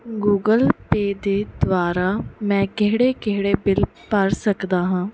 Google Pay ਦੇ ਦੁਆਰਾ ਮੈਂ ਕਿਹੜੇ ਕਿਹੜੇ ਬਿੱਲ ਭਰ ਸਕਦਾ ਹਾਂ